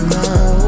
now